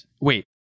wait